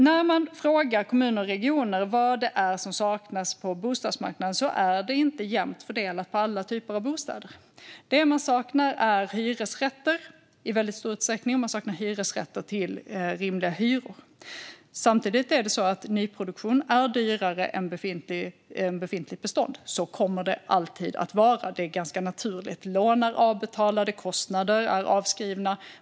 När man frågar kommuner och regioner vad det är som saknas på bostadsmarknaden är det inte jämnt fördelat på alla typer av bostäder. Det man saknar är i stor utsträckning hyresrätter till rimliga hyror. Samtidigt är nyproduktion dyrare än befintligt bestånd. Så kommer det alltid att vara, och det är ganska naturligt. Lån är avbetalade och kostnader avskrivna.